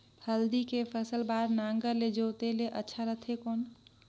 हल्दी के फसल बार नागर ले जोते ले अच्छा रथे कौन?